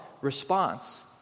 response